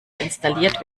installiert